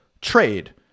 trade